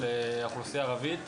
על האוכלוסייה הערבית,